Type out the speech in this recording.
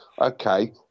Okay